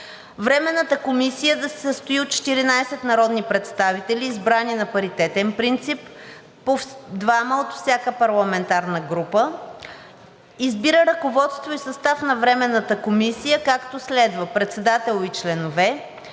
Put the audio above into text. Временната комисия да се състои от 14 народни представители, избрани на паритетен принцип – по двама от всяка парламентарна група. 3. Избира ръководство и състав на Временната комисия, както следва: Председател:… Членове:…